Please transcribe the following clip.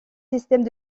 systèmes